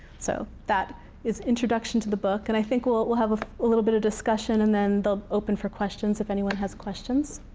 so that is introduction to the book. and i think we'll we'll have a little bit of discussion, and then they'll open for questions, if anyone has questions.